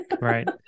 Right